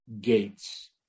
gates